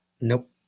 Nope